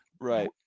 right